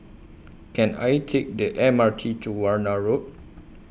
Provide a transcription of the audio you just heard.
Can I Take The M R T to Warna Road